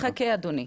חכה אדוני.